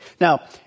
Now